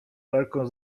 lalką